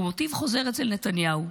שהוא מוטיב חוזר אצל נתניהו: